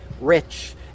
rich